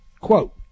Quote